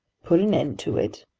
put an end to it?